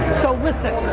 so listen,